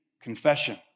confession